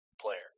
player